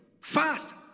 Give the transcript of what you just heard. fast